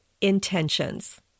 intentions